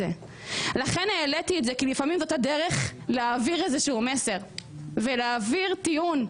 לכן העליתי את זה כי לפעמים זאת הדרך להעביר איזשהו מסר ולהעביר טיעון.